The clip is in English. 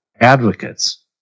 advocates